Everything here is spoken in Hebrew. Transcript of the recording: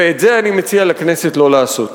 ואת זה אני מציע לכנסת לא לעשות.